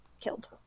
killed